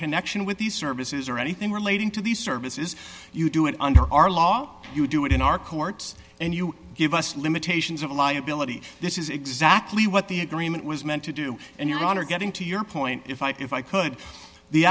connection with these services or anything relating to these services you do it under our law you do it in our courts and you give us limitations of liability this is exactly what the agreement was meant to do and your honor getting to your point if i if i could the